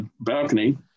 balcony